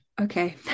okay